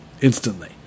instantly